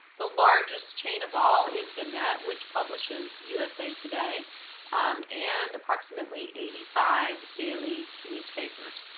the largest chain of all is gannett which publishes usa today um and approximately eighty five daily newspapers.